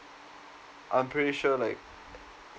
I'm pretty sure like